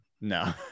no